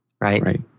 right